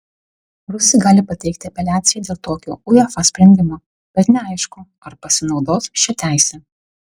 rusai gali pateikti apeliaciją dėl tokio uefa sprendimo bet neaišku ar pasinaudos šia teise